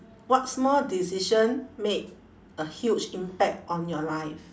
what small decision made a huge impact on your life